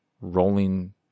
rolling